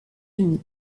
unis